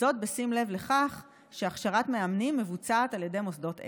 בשים לב לכך שהכשרת מאמנים מבוצעת על ידי מוסדות אלה.